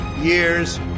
years